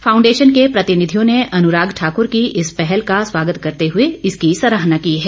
foundation के प्रतिनिधियों ने अनुराग ठाकुर की इस पहल का स्वागत करते हुए इसकी सराहना की है